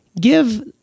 Give